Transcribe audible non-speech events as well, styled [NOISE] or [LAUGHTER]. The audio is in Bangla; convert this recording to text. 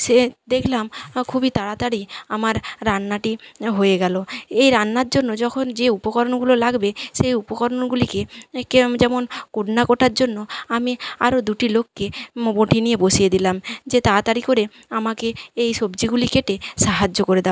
সে দেখলাম খুবই তাড়াতাড়ি আমার রান্নাটি হয়ে গেলো এই রান্নার জন্য যখন যে উপকরণগুলো লাগবে সেই উপকরণগুলিকে [UNINTELLIGIBLE] যেমন কুটনো কাটার জন্য আমি আরও দুটি লোককে বটি নিয়ে বসিয়ে দিলাম যে তাড়াতাড়ি করে আমাকে এই সবজিগুলি কেটে সাহায্য করে দাও